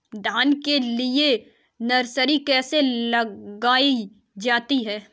धान के लिए नर्सरी कैसे लगाई जाती है?